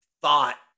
thought